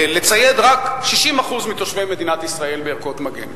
לצייד רק 60% מתושבי מדינת ישראל בערכות מגן.